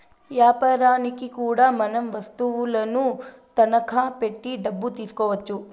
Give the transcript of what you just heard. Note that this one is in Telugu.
యాపారనికి కూడా మనం వత్తువులను తనఖా పెట్టి డబ్బు తీసుకోవచ్చు